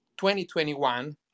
2021